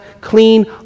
clean